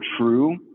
true